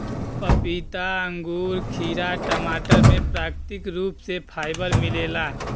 पपीता अंगूर खीरा टमाटर में प्राकृतिक रूप से फाइबर मिलेला